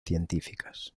científicas